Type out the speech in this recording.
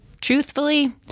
truthfully